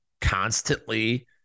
constantly